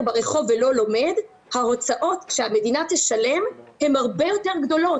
ברחוב ולא לומד ההוצאות שהמדינה תשלם הן הרבה יותר גדולות.